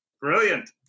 Brilliant